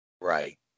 right